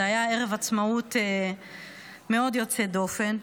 זה היה ערב עצמאות מאוד יוצא דופן.